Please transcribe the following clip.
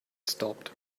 stopped